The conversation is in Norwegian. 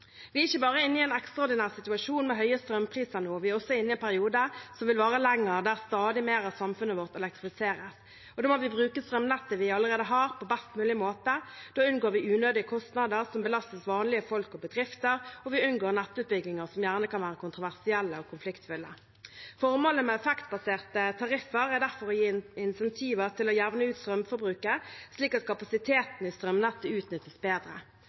Vi er ikke bare inne i en ekstraordinær situasjon med høye strømpriser nå; vi er også inne i en periode som vil vare lenger, der stadig mer av samfunnet vårt elektrifiseres. Da må vi bruke det strømnettet vi allerede har, på best mulig måte. Da unngår vi unødige kostnader, som belastes vanlige folk og bedrifter, og vi unngår nettutbygginger som kan være kontroversielle og konfliktfylte. Formålet med effektbaserte tariffer er derfor å gi insentiver til å jevne ut strømforbruket, slik at kapasiteten i strømnettet utnyttes bedre.